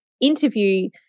interview